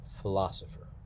philosopher